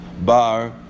Bar